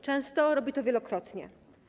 Często robi to wielokrotnie.